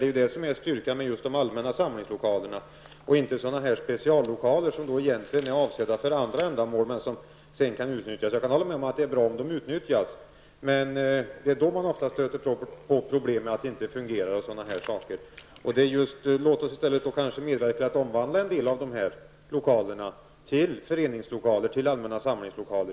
Det är det som är styrkan med de allmänna samlingslokalerna till skillnad från speciallokaler, som egentligen är avsedda för andra ändamål men som kan utnyttjas som allmänna samlingslokaler. Jag kan hålla med om att det är bra om de utnyttjas. Men det är ofta då man stöter på problem med att det inte fungerar. Låt oss i stället medverka till att omvandla en del av dessa lokaler till föreningslokaler, allmänna samlingslokaler.